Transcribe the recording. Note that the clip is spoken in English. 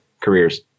careers